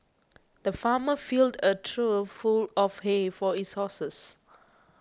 the farmer filled a trough full of hay for his horses